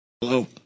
Hello